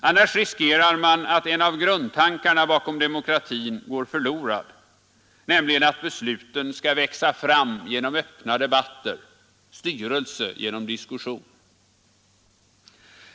Annars riskerar man att en av grundtankarna bakom demokratin går förlorad, nämligen att besluten skall växa fram genom öppna debatter, ”styrelse genom diskussion”.